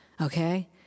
Okay